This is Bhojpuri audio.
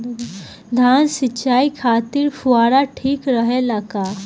धान सिंचाई खातिर फुहारा ठीक रहे ला का?